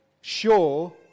sure